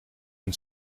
een